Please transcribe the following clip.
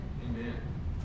Amen